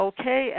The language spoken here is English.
Okay